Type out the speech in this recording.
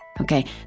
okay